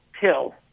pill